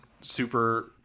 super